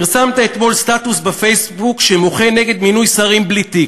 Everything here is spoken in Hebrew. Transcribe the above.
פרסמת אתמול סטטוס בפייסבוק שמוחה נגד מינוי שרים בלי תיק.